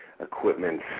equipment